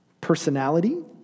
personality